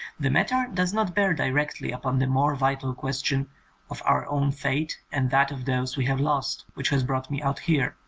the matter does not bear directly upon the more vital question of our own fate and that of those we have lost, which has brought me out here.